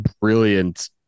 brilliant